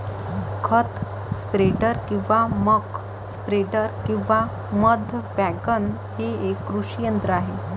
खत स्प्रेडर किंवा मक स्प्रेडर किंवा मध वॅगन हे एक कृषी यंत्र आहे